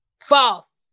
false